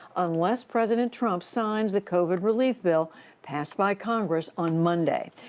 unless president trump signs the covid relief bill passed by congress on monday.